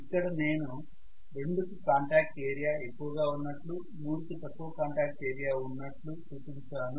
ఇక్కడ నేను 2 కి కాంటాక్ట్ ఏరియా ఎక్కువగా ఉన్నట్లు 3 కి తక్కువగా కాంటాక్ట్ ఏరియా ఉన్నట్లు చూపించాను